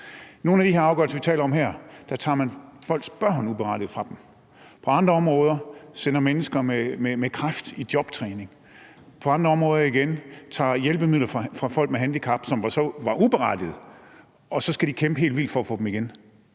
I nogle af de afgørelser, vi taler om her, tager man uberettiget folks børn fra dem. På andre områder sender man mennesker med kræft i jobtræning, og på andre områder igen tager man hjælpemidler fra folk med handicap, hvilket var uberettiget, og så skal de kæmpe helt vildt for at få dem igen.